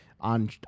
On